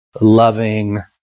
loving